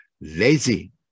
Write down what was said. lazy